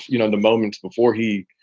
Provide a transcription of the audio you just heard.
you know, in the moments before he,